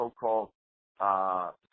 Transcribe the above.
so-called